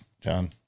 John